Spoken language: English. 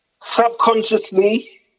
subconsciously